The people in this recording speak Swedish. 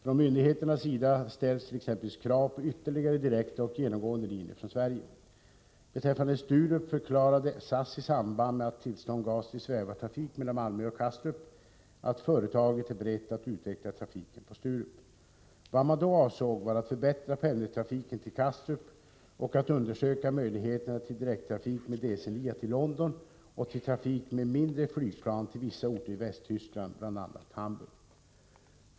Från myndigheternas sida ställs t.ex. krav på ytterligare direkta och genomgående linjer från Sverige. Beträffande Sturup förklarade SAS i samband med att tillstånd gavs till svävartrafik mellan Malmö och Kastrup att företaget är berett att utveckla trafiken på Sturup. Vad man då avsåg var att förbättra pendeltrafiken till Kastrup och att undersöka möjligheterna till direkttrafik med DC-9 till London och till trafik med mindre flygplan till vissa orter i Västtyskland, bl.a. Hamburg.